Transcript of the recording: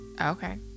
Okay